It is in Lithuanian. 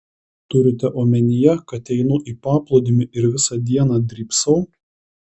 turite omenyje kad einu į paplūdimį ir visą dieną drybsau